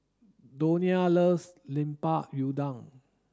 Donia loves Lemper Udang